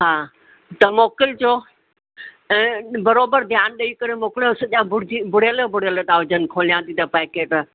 हा त मोकिलिजो ऐं बराबरि ध्यानु ॾेई करे मोकिलिजोसि जा भुरिजी भुरियल भुरियल था हुजनि खोलिया थी त पैकेट